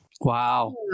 Wow